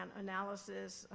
um analysis,